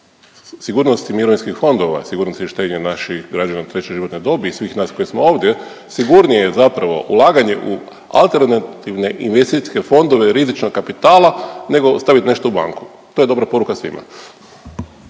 sigurnosti mirovinskih fondova, sigurnosti štednje naših građana treće životne dobi i svih nas koji smo ovdje sigurnije je zapravo ulaganje u alternativne investicijske fondove i rizičnog kapitala nego stavit nešto u banku. To je dobra poruka svima.